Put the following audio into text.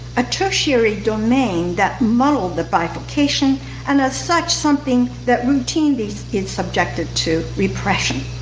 a tertiary domain that muddled the bifurcation and, as such, something that routinely is subjected to repression.